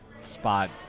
spot